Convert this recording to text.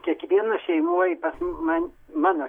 kiekvienas šeimoj pas man mano